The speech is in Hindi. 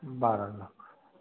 बारह लाख